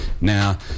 Now